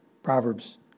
Proverbs